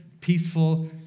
peaceful